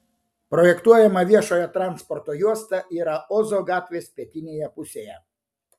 projektuojama viešojo transporto juosta yra ozo gatvės pietinėje pusėje